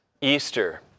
Easter